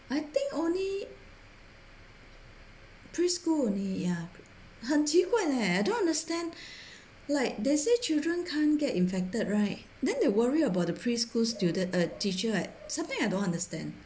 I think only pre-school only ya 很奇怪 leh I don't understand like they say children can't get infected right then they worry about the preschool student uh teacher eh something I don't understand